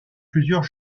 plusieurs